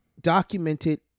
documented